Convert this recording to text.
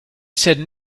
said